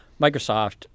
Microsoft